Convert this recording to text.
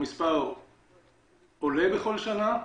המספר עולה בכל שנה,